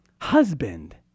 husband